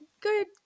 good